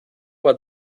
war